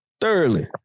Thoroughly